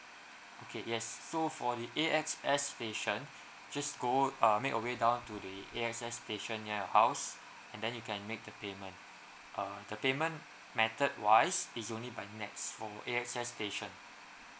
okay yes so for the A X S station just go uh make you away down to the A X S station near your house and then you can make the payment uh the payment method wise it's only by N_E_T_S for A X S station